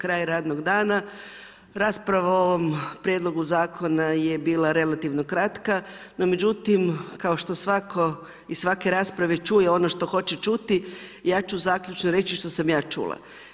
Kraj je radnog dana, rasprava o ovom prijedlogu zakona je bila relativno kratka, no međutim kao što svatko iz svake rasprave čuje ono što hoće čuti, ja ću zaključno reći što sam ja čula.